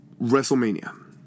WrestleMania